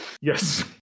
Yes